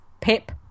Pip